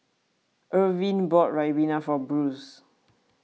Irvin bought Ribena for Bruce